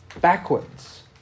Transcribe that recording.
backwards